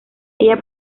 ella